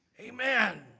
Amen